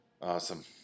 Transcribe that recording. Awesome